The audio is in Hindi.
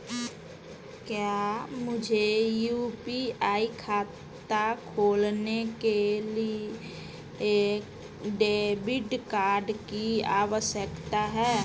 क्या मुझे यू.पी.आई खाता खोलने के लिए डेबिट कार्ड की आवश्यकता है?